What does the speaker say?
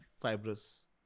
fibrous